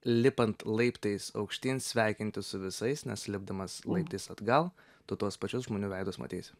lipant laiptais aukštyn sveikintis su visais nes lipdamas laiptais atgal to tuos pačius žmonių veidus matysi